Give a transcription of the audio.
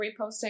reposting